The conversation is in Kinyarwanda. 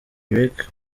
drake